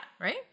Right